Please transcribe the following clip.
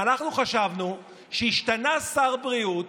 ואנחנו חשבנו שהשתנה שר בריאות,